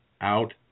out